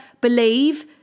believe